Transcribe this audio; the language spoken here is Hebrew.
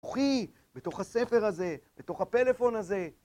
בתוכי, בתוך הספר הזה, בתוך הפלאפון הזה.